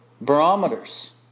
Barometers